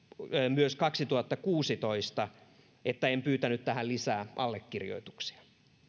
myös kaksituhattakuusitoista siitä että en ole pyytänyt tähän lisää allekirjoituksia